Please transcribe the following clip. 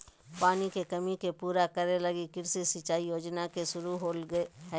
पानी के कमी के पूरा करे लगी कृषि सिंचाई योजना के शुरू होलय हइ